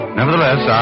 nevertheless